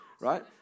right